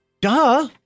Duh